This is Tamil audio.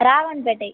ராகவன்பேட்டை